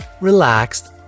relaxed